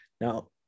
Now